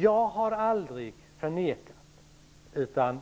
Jag har aldrig förnekat utan